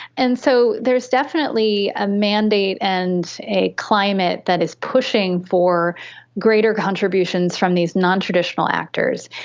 and so there is definitely a mandate and a climate that is pushing for greater contributions from these non-traditional actors,